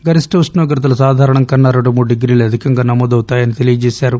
గరిష్ట ఉష్ణోగ్రతలు సాధారణం కన్నా రెండు మూడు డిగ్రీలు అధికంగా నమోదవుతాయని తెలిపారు